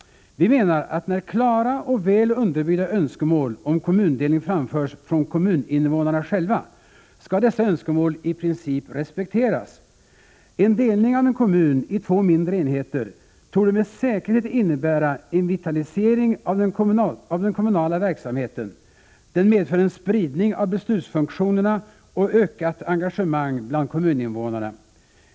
Vi menar att när klara och väl underbyggda önskemål om kommundelning framförs från kommuninvånarna själva, skall dessa önskemål i princip respekteras. En delning av en kommun i två mindre enheter torde med säkerhet innebära en vitalisering av den kommunala verksamheten. Den medför en spridning av beslutsfunktionerna och ett ökat engagemang bland kommuninvånarna.